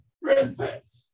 respect